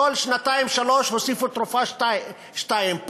בכל שנתיים-שלוש הוסיפו תרופה-שתיים.